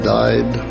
died